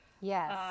yes